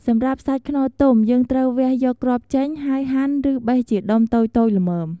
សម្រាប់ សាច់ខ្នុរទុំ យើងត្រូវវះយកគ្រាប់ចេញ ហើយហាន់ ឬបេះជាដុំតូចៗល្មម។